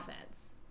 offense